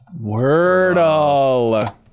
Wordle